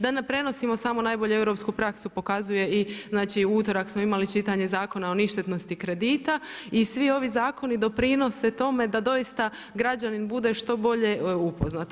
Da … prenosimo samo najbolju europsku praksu pokazuje i, znači u utorak smo imali čitanje Zakona o ništetnosti kredita i svi ovi zakoni doprinose tome da doista građanin bude što bolje upoznat.